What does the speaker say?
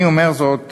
אני אומר זאת